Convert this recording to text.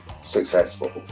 successful